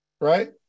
right